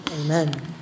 Amen